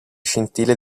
scintille